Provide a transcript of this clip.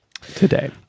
today